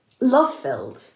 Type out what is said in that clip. love-filled